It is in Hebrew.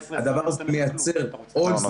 הדבר הזה מייצר --- את